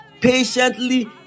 patiently